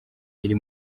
iri